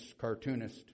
cartoonist